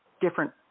different